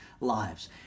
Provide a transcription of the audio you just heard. lives